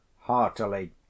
heartily